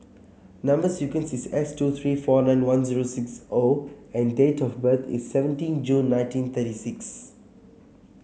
number sequence is S two three four nine one zero six O and date of birth is seventeen June nineteen thirty six